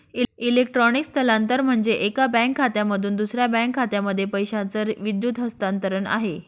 electronic स्थलांतरण म्हणजे, एका बँक खात्यामधून दुसऱ्या बँक खात्यामध्ये पैशाचं विद्युत हस्तांतरण आहे